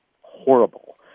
horrible